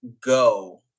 Go